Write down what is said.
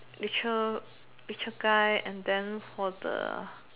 richer richer guy and then for the